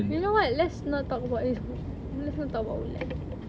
you know what let's not talk about this let's not talk about mulan